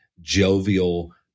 jovial